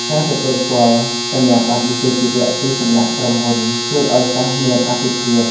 ការទទួលស្គាល់សញ្ញាបត្រវិជ្ជាជីវៈពីសំណាក់ក្រុមហ៊ុន ជួយឱ្យសិស្សមានអាទិភាព។